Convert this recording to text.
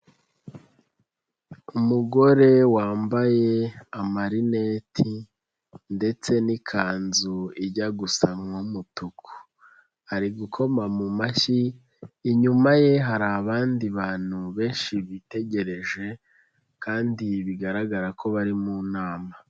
Umugore wambaye amarineti ndetse n'ikanzu ijya gusa nk'umutuku, ari gukoma mu mashyi inyuma ye hari abandi bantu benshi bitegereje kandi bigaragara ko bari mu nama.